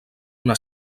una